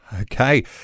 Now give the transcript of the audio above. Okay